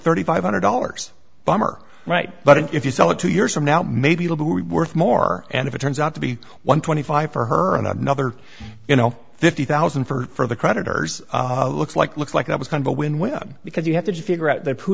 thirty five hundred dollars bummer right but if you sell it two years from now maybe it'll be worth more and if it turns out to be one twenty five for her and another you know fifty thousand for the creditors looks like looks like i was going to win with him because you have to figure out that who